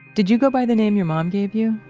did you go by the name your mom gave you?